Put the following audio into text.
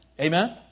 Amen